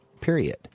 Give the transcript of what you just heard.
period